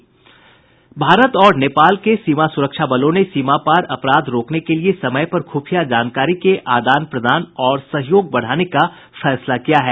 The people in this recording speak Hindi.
भारत और नेपाल के सीमा सूरक्षा बलों ने सीमा पार अपराध रोकने के लिए समय पर खुफिया जानकारी के आदान प्रदान और सहयोग बढ़ाने का फैसला किया है